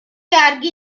yargı